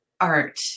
art